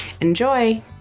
Enjoy